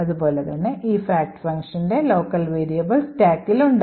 അതുപോലെ തന്നെ ഈ fact functionൻറെ local variables stackൽ ഉണ്ട്